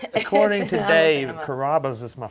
according to dave, and carrabba's is my